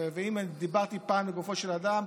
ואם דיברתי פעם לגופו של אדם,